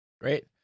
Great